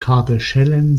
kabelschellen